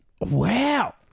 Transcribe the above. Wow